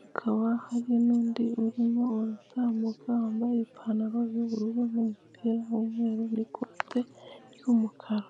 hakaba hari n'undi urimo urutambuka wambaye ipantaro yubururu n'umupira w'mweru n'ikote ry'umukara.